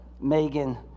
Megan